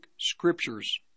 scriptures